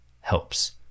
helps